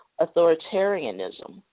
authoritarianism